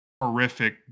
horrific